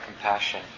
compassion